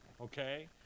okay